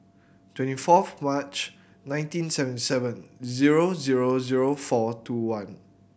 twenty fourth March nineteen seven seven zero zero zero four two one